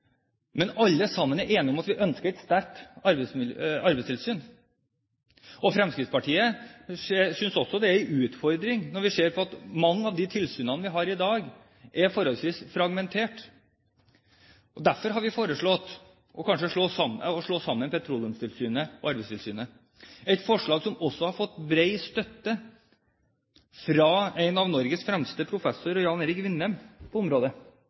Men alle sammen er enige om at vi ønsker et sterkt arbeidstilsyn, og Fremskrittspartiet synes også det er en utfordring når vi ser at mange av de tilsynene vi har i dag, er forholdsvis fragmenterte. Derfor har vi foreslått å slå sammen Petroleumstilsynet og Arbeidstilsynet, et forslag som også har fått bred støtte fra en av Norges fremste professorer på området, Jan Erik Vinnem.